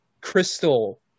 crystal